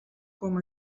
com